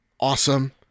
awesome